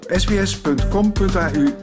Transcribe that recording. sbs.com.au